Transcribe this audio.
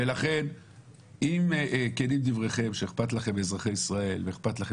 ולכן אם כנים דבריכם שאכפת לכם מאזרחי ישראל ואכפת לכם